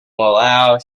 morale